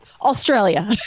australia